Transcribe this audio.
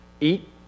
eat